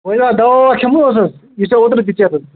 وۅنۍ اگر دَوا وَوا کھیٚمہوس حظ یُس ژےٚ اوٗترٕ دِژیتھس